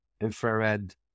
infrared